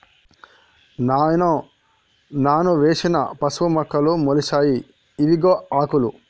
నాయనో నాను వేసిన పసుపు మొక్కలు మొలిచాయి ఇవిగో ఆకులు